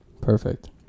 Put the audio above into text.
Perfect